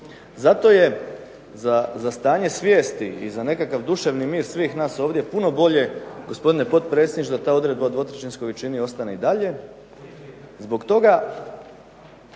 Zato je za stanje svijesti i za nekakvi duševni mir svih nas ovdje puno bolje, gospodine potpredsjedniče, da ta odredba o dvotrećinskoj većini ostane i dalje. Između